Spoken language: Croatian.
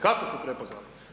Kako su prepoznali?